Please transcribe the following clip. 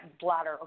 bladder